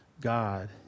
God